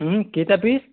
کٲتیٛاہ پیٖس